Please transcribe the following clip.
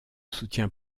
soutient